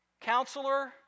counselor